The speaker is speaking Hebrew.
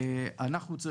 זה